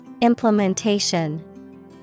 Implementation